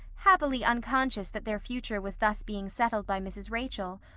happily unconscious that their future was thus being settled by mrs. rachel,